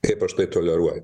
kaip aš tai toleruoju